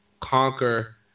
conquer